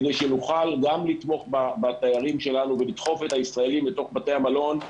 כדי שנוכל גם לתמוך בתיירים שלנו ולדחוף את הישראלים לתוך בתי המלון,